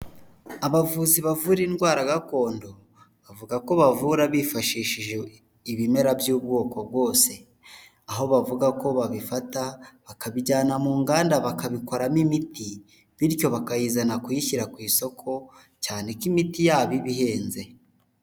Abavuzi bavura indwara gakondo, bavuga ko bavura bifashishije ibimera by'ubwoko bwose, aho bavuga ko babifata bakabijyana mu nganda bakabikoramo imiti bityo bakayizana kuyishyira ku isoko cyane ko imiti yabo iba ihenze.